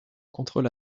contrôle